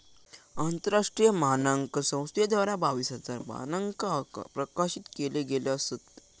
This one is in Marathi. आंतरराष्ट्रीय मानांकन संस्थेद्वारा बावीस हजार मानंक प्रकाशित केले गेले असत